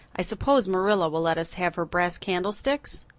i suppose marilla will let us have her brass candlesticks?